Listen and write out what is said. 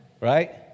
right